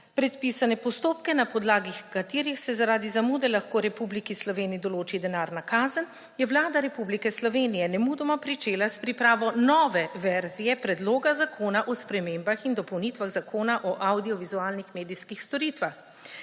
predpisane postopke, na podlagi katerih se zaradi zamude lahko Republiki Sloveniji določi denarna kazen, je Vlada Republike Slovenije nemudoma pričela s pripravo nove verzije predloga zakona o spremembah in dopolnitvah Zakona o avdiovizualnih medijskih storitvah.